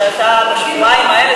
הוא שאתה בשבועיים האלה,